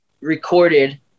recorded